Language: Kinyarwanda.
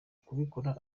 kubikora